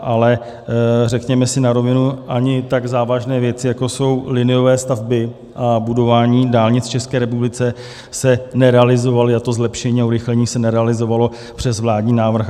Ale řekněme si na rovinu, ani tak závažné věci, jako jsou liniové stavby a budování dálnic v České republice, se nerealizovaly a to zlepšení a urychlení se nerealizovalo přes vládní návrh.